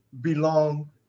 belong